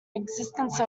existence